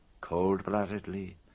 cold-bloodedly